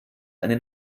eine